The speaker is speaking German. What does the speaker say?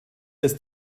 des